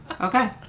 Okay